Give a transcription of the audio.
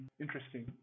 Interesting